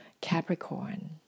Capricorn